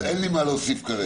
אז אין לי מה להוסיף כרגע.